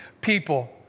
people